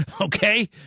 Okay